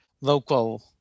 local